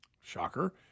shocker